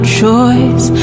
choice